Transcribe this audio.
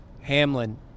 Hamlin